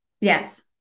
yes